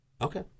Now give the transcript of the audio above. Okay